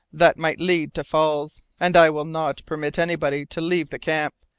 that might lead to falls, and i will not permit anybody to leave the camp.